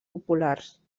populars